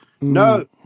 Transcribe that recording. No